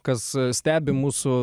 kas stebi mūsų